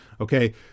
Okay